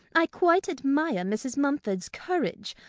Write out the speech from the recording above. i quite admire mrs. mumford's courage.